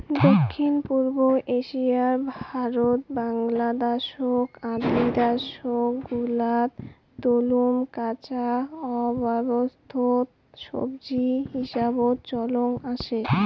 দক্ষিণ পুব এশিয়ার ভারত, বাংলাদ্যাশ আদি দ্যাশ গুলাত তলমু কাঁচা অবস্থাত সবজি হিসাবত চল আসে